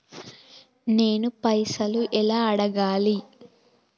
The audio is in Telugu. నేను పైసలు ఎలా అడగాలి?